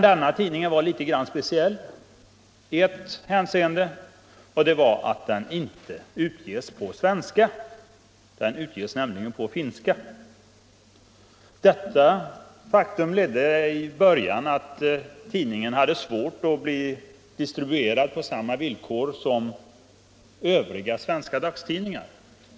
Denna tidning är litet speciell i ett hänseende: den utges inte på svenska utan på finska. Detta faktum ledde i början till att tidningen hade svårt att bli distribuerad på samma villkor som övriga svenska dagstidningar.